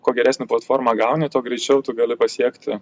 kuo geresnę platformą gauni tuo greičiau tu gali pasiekti